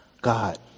God